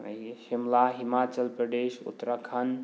ꯑꯗꯒꯤ ꯁꯤꯝꯂꯥ ꯍꯤꯃꯥꯆꯜ ꯄ꯭ꯔꯗꯦꯁ ꯎꯠꯇꯔꯈꯥꯟ